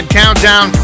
countdown